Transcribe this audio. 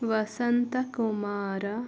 Vasanthakumara